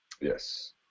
Yes